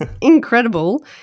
incredible